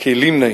כלים נאים.